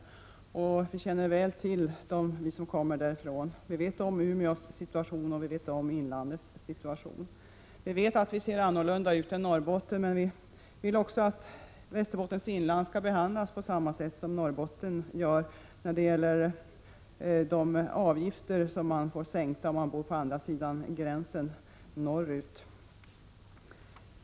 Vi som kommer därifrån känner väl till dem. Vi känner till Umeås situation, och vi känner till inlandets situation. Vi vet att Västerbottens problem ser annorlunda ut än Norrbottens, men vi vill ändå att Västerbottens inland skall behandlas på samma sätt som Norrbotten; jag tänker på de avgifter som man får sänkta om man bor på andra sidan gränsen norrut.